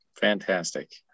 Fantastic